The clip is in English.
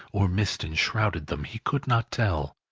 or mist enshrouded them, he could not tell.